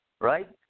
right